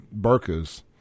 burkas